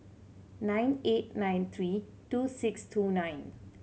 nine eight nine three two six two nine